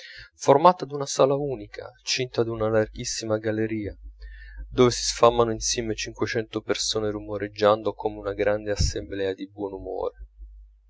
formata d'una sala unica cinta d'una larghissima galleria dove si sfamano insieme cinquecento persone rumoreggiando come una grande assemblea di